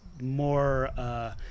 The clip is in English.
more